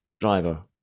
driver